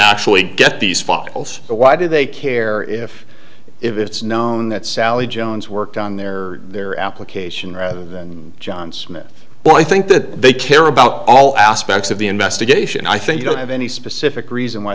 actually get these foxholes why do they care if it's known that sally jones worked on their their application rather than john smith but i think that they care about all aspects of the investigation i think you don't have any specific reason why